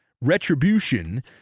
retribution